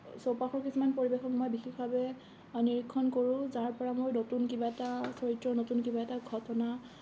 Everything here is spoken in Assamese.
চৌপাশৰ কিছুমান পৰিৱেশক মই বিশেষভাৱে নিৰিক্ষণ কৰোঁ যাৰ পৰা মোৰ নতুন কিবা এটা চৰিত্ৰ নতুন কিবা এটা ঘটনা